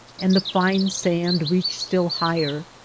and the fine sand reached still higher.